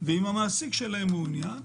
והמעסיק שלהם מעוניין,